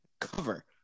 cover